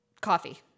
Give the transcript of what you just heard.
coffee